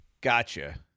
Gotcha